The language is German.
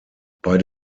bei